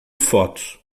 fotos